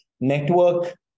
network